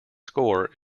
score